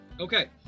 Okay